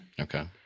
Okay